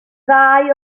ddau